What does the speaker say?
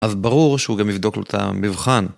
אז ברור שהוא גם יבדוק לו את המבחן.